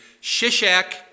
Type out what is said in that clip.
Shishak